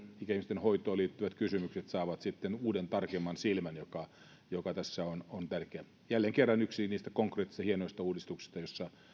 ikäihmisten hoitoon liittyvät kysymykset saavat sitten uuden tarkemman silmän joka joka tässä on on tärkeä jälleen kerran yksi niistä konkreettisista hienoista uudistuksista joissa